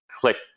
clicked